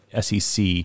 SEC